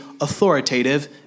authoritative